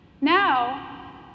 Now